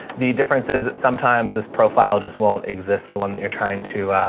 the differences that sometimes this profile just won't exist. the one that you're trying to,